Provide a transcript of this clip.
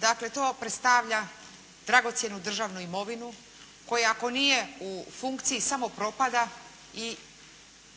Dakle, to predstavlja dragocjenu državnu imovinu koja ako nije u funkciji samo propada i